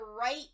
right